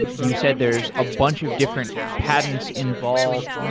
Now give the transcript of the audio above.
ah you said there's a bunch of different patents involved.